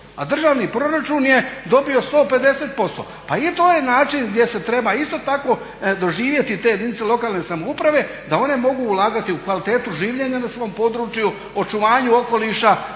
a državni proračun je dobio 150%. Pa i to je način gdje se treba isto tako doživjeti te jedinice lokalne samouprave da one mogu ulagati u kvalitetu življenja na svom području, očuvanju okoliša,